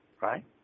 right